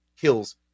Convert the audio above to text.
kills